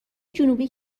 جنوبی